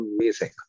amazing